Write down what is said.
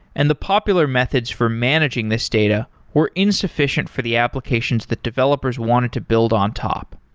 and the popular methods for managing this data were insufficient for the applications that developers wanted to build on top.